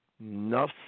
Enough